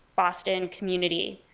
boston community.